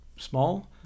small